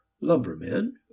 Lumbermen